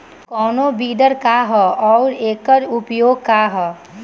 कोनो विडर का ह अउर एकर उपयोग का ह?